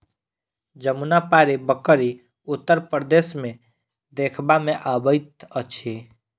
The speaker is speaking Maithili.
जमुनापारी बकरी उत्तर प्रदेश मे देखबा मे अबैत अछि